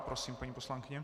Prosím, paní poslankyně.